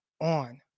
on